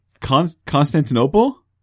Constantinople